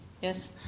Yes